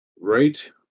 Right